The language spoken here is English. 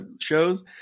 shows